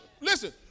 listen